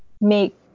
make